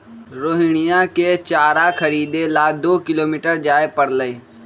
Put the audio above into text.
रोहिणीया के चारा खरीदे ला दो किलोमीटर जाय पड़लय